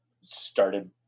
started